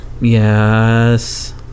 Yes